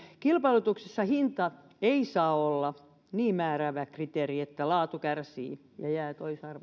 kilpailutuksessa hinta ei saa olla niin määräävä kriteeri että laatu kärsii ja jää toisarvoiseksi